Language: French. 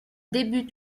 débute